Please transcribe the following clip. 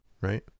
Right